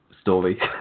story